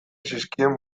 zizkien